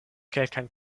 kelkajn